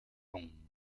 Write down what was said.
bon